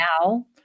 now